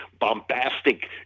bombastic